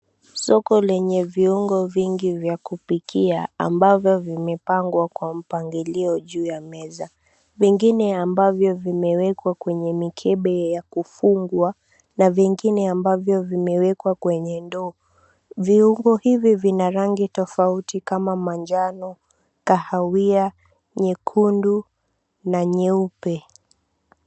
Soko lenye viungo vingi vya kupikia ambavyo vimepangwa kwa mpangilio juu ya meza vingine ambavyo vimewekwa kwenye mikebe ya kufungwa na vingine ambavyo vimewekwa kwenye ndoo. Viungo hivi vina rangi tofauti kama manjano, kahawia, nyekundu na nyeupe.